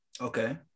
Okay